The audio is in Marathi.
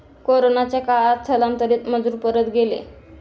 कोरोनाच्या काळात स्थलांतरित मजूर परत गेले